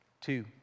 Two